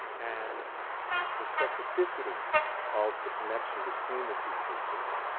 and the specificity of the connection between the two cases,